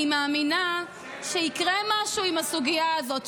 אני מאמינה שיקרה משהו עם הסוגיה הזאת,